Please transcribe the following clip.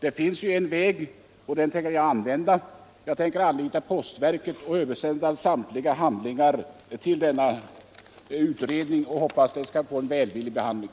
Det finns en annan väg, och den tänker jag använda: Jag tänker anlita postverket och översända samtliga handlingar till sysselsättningsutredningen. Jag hoppas att motionen där skall få en välvillig behandling.